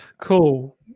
Cool